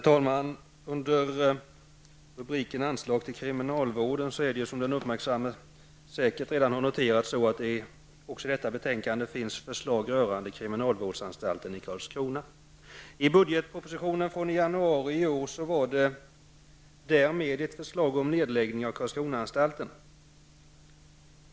Herr talman! Som den uppmärksamme redan har noterat finns det i betänkandet, under rubriken anslag till kriminalvården, förslag rörande kriminalvårdsanstalten i Karlskrona. I budgetpropositionen från januari i år fanns det ett förslag om nedläggning av Karlskronaanstalten.